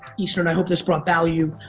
eastern. i hope this brought value.